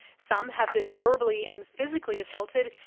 some have been verbally and physically assaulted,